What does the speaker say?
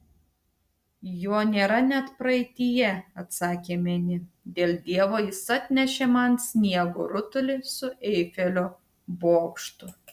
jo nėra net praeityje atsakė minė dėl dievo jis atnešė man sniego rutulį su eifelio bokštu